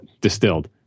distilled